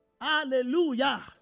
hallelujah